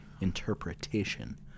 Interpretation